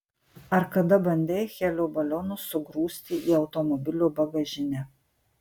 ar kada bandei helio balionus sugrūsti į automobilio bagažinę